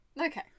Okay